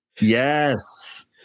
Yes